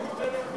הוא ביטל את,